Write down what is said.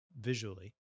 visually